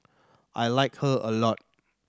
I like her a lot